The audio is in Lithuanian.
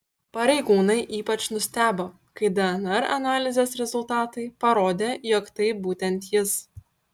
pareigūnai ypač nustebo kai dnr analizės rezultatai parodė jog tai būtent jis